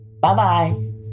Bye-bye